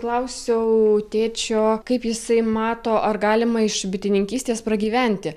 klausiau tėčio kaip jisai mato ar galima iš bitininkystės pragyventi